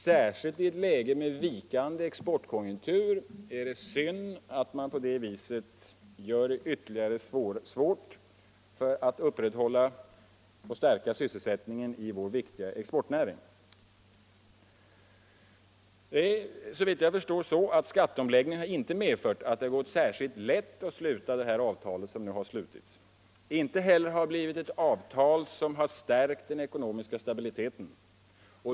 Särskilt i ett läge med vikande exportkonjunkturer är det synd att man ytterligare gör det svårt att upprätthålla och stärka sysselsättningen i vår viktiga exportnäring. Såvitt jag förstår har skatteomläggningen inte medfört att det gått särskilt lätt att sluta detta avtal. Inte heller har det blivit ett avtal som har stärkt den ekonomiska stabiliteten.